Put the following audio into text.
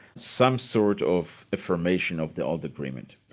some sort of affirmation of the old agreement.